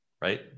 Right